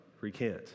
recant